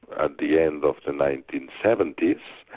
at the end of the nineteen seventy